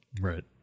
Right